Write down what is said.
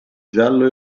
giallo